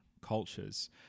cultures